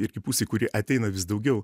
irgi pusėj kuri ateina vis daugiau